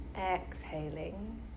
exhaling